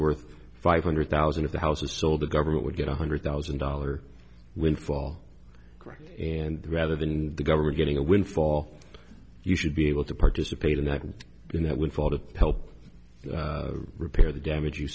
worth five hundred thousand of the houses sold the government would get one hundred thousand dollars windfall correct and rather than the government getting a windfall you should be able to participate in that and in that windfall to help repair the damage you